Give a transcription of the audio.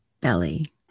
belly